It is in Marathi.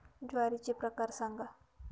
ज्वारीचे प्रकार सांगा